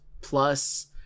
plus